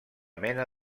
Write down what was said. mena